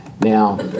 Now